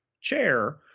chair